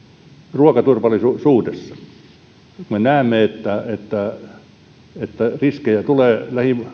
ruokaturvallisuudessa jos me näemme että että riskejä tulee